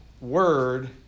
word